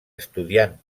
estudiant